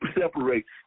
separates